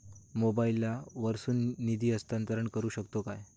मोबाईला वर्सून निधी हस्तांतरण करू शकतो काय?